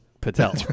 Patel